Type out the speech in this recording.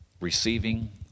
receiving